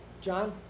John